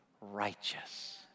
righteous